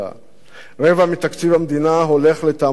רבע מתקציב המדינה הולך לתעמולת פחד